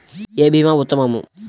ఏ భీమా ఉత్తమము?